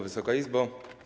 Wysoka Izbo!